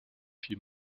fit